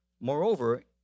Moreover